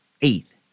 eight